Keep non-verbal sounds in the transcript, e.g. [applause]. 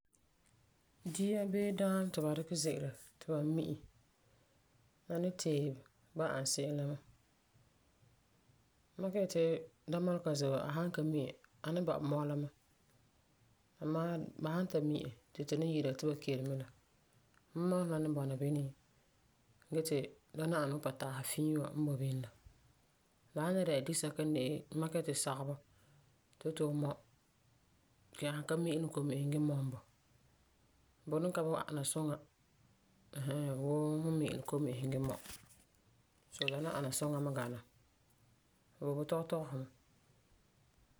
Dia bii daam ti ba dikɛ ze'ele ti ba mi'e La ni tee ba ani se'em la mɛ. Makɛ yeti damɔlega n ze wa a san ka mi'e a ni ba'am mɔla mɛ. Amaa ba san ta mi'e ti tu ni yi'ira ti ba kele mɛ la, mumɔlesum la ni bɔna bini, ge ti la ni ana wuu pataasi fiin wa n boi bini la. La san le dɛna disɛka n de, n makɛ yeti sagebɔ ti fu yeti fu mɔm san ka mi'ilum komi'isum ge mɔm bɔ, bu ni ka ana suŋa ɛɛn hɛɛn Wuu fu mi'ilum komi'isum ge mɔm. So la ni ana [noise] suŋa suŋa mɛ gana. Ba boi tɔgetɔgesi mɛ